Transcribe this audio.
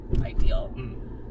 ideal